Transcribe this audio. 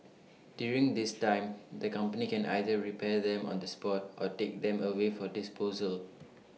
during this time the company can either repair them on the spot or take them away for disposal